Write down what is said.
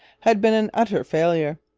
had been an utter failure.